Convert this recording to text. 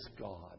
God